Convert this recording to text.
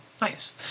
Nice